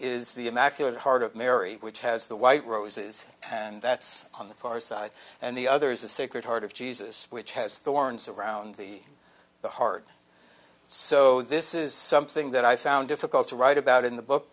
is the immaculate heart of mary which has the white roses and that's on the far side and the other is a sacred heart of jesus which has thorns around the heart so this is something that i found difficult to write about in the book